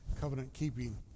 covenant-keeping